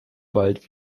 bald